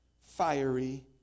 fiery